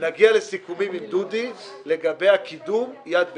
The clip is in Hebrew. ונגיע לסיכומים עם דודי לגבי הקידום יד ביד.